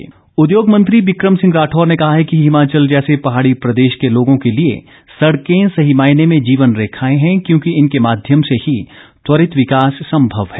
बिक्रम सिंह उद्योग मंत्री बिक्रम सिंह ठाकूर ने कहा है कि हिमाचल जैसे पहाड़ी प्रदेश के लोगों के लिए सड़कें सही मायने में जीवन रेखाए हैं क्योंकि इनके माध्यम से ही त्वरित विकास संभव है